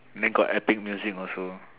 then got epic music also